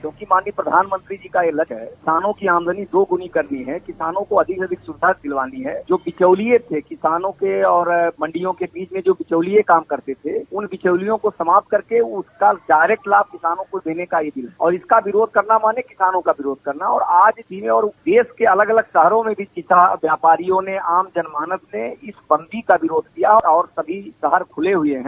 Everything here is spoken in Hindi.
क्योंकि माननीय प्रधानमंत्री जी का यह लक्ष्य है किसानों की आमदनी दोगुनी करनी है किसानों को अत्यधिक सुविधा दिलवानी है जो बिचौलिये थे किसानों के और मंडियों के बीच में बिचौलियें काम करते थे उन बिचौलियों को समाप्त करके इसका डायरेक्ट लाभ किसानों को देने का ये बिल और इसका विरोध करना माने किसानों का विरोध करना और आज जिलों और देश के अलग अलग शहरों में किसान व्यापारियों ने आम जनमानस ने इस बंदी का विरोध किया और सभी शहर खुले हुए हैं